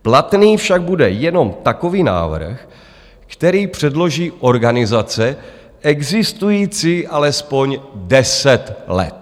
Platný však bude jenom takový návrh, který předloží organizace existující alespoň deset let.